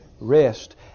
rest